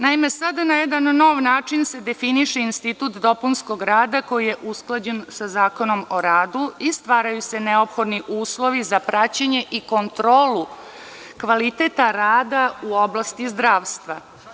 Naime, sada na jedan nov način se definiše institut dopunskog rada koji je usklađen sa Zakonom o radu i stvaraju se neophodni uslovi za praćenje i kontrolu kvaliteta rada u oblasti zdravstva.